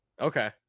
Okay